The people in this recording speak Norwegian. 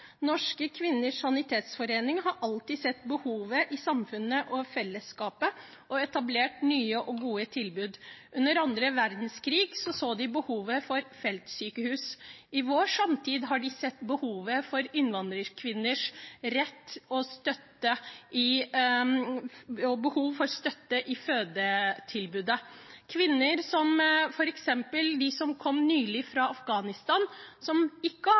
Norske Kvinners Sanitetsforening har alltid sett behovet i samfunnet for fellesskapet og etablert nye og gode tilbud. Under andre verdenskrig så de behovet for feltsykehus. I vår samtid har de sett behovet for innvandrerkvinners rett til og behov for støtte i fødetilbudet. Kvinner som f.eks. de som nylig kom fra Afghanistan, og som ikke